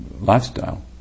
lifestyle